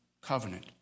covenant